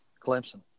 Clemson